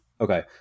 Okay